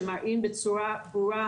שמראים בצורה ברורה,